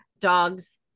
dogs